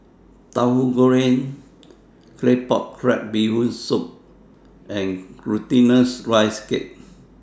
Tauhu Goreng Claypot Crab Bee Hoon Soup and Glutinous Rice Cake